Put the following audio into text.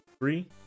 Three